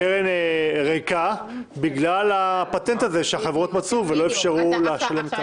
הקרן ריקה בגלל הפטנט הזה שהחברות מצאו ולא אפשרו להשלים את ההליך.